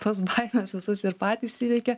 tas baimes visas ir patys įveikė